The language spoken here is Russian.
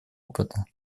опыта